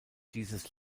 dieses